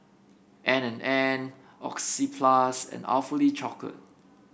N and N Oxyplus and Awfully Chocolate